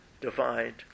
divide